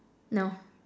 no